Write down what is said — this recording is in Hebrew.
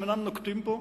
שהם אינם נוקטים אותו,